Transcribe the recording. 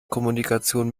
kommunikation